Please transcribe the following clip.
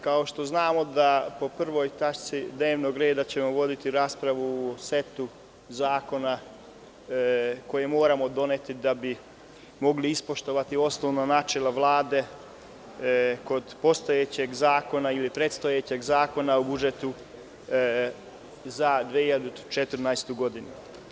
Kao što znamo, po prvoj tački dnevnog reda ćemo voditi raspravu o setu zakona koji moramo doneti da bi mogli ispoštovati osnovna načela Vlade, kod postojećeg zakona ili predstojećeg Zakona o budžetu za 2014. godinu.